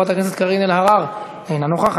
חברת הכנסת קארין אלהרר, אינה נוכחת.